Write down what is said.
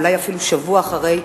אולי אפילו שבוע אחרי,